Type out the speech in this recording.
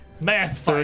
math